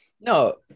No